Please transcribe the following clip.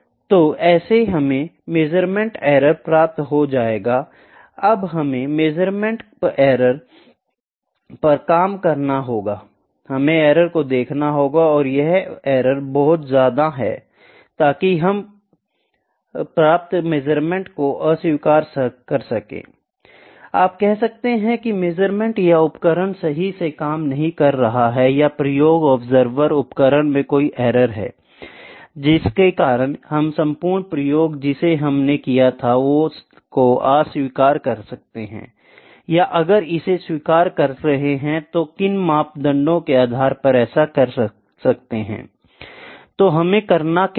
तो ऐसे हमें मेजरमेंट एरर प्राप्त हो जाएगाअब हमें मेजरमेंट एरर पर काम करना होगा हमें एरर को देखना होगा और यह एरर बहुत ज्यादा है I ताकि हम प्राप्त मेजरमेंट को अस्वीकार कर सकें I आप कह सकते हैं की मेजरमेंट या उपकरण सही से काम नहीं कर रहा है या प्रयोग ऑब्जर्वर उपकरण में कोई एरर है जिसके कारण हम संपूर्ण प्रयोग जिसे हमने किया था को अस्वीकार कर रहे हैं या अगर हम इसे स्वीकार कर रहे हैं तो किन मानदंडों के आधार पर ऐसा कर सकते हैं I तो हमें क्या करना है